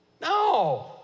No